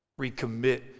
recommit